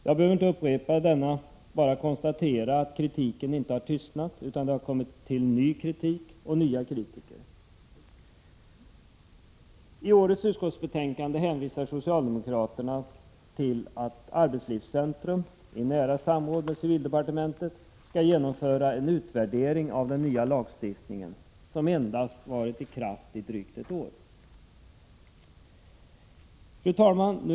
Jag behöver inte upprepa denna kritik utan bara konstatera att kritiken inte har tystnat. Det har tillkommit ny kritik och nya kritiker. I årets utskottsbetänkande hänvisar socialdemokraterna till att arbetslivscentrum — i nära samråd med civildepartementet — skall genomföra en utvärdering av den nya lagstiftningen, som endast varit i kraft i drygt ett år. Fru talman!